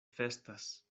festas